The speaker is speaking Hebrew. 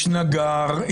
יש נגר.